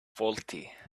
faulty